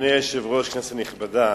אדוני היושב-ראש, כנסת נכבדה,